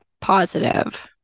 positive